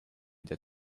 that